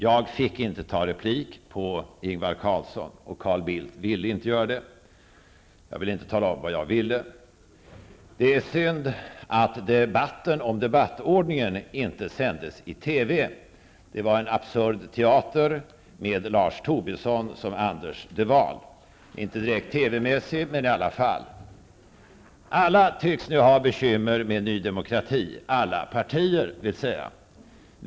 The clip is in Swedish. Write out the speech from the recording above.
Jag fick inte ta replik på Ingvar Carlsson, och Carl Bildt ville inte göra det. Jag vill inte tala om vad jag ville. Det är synd att debatten om debattordningen inte sändes i TV. Det var en absurd teater med Lars mässig, men i alla fall. Alla tycks nu ha bekymmer med Ny demokrati, alla partier vill säga.